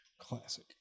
Classic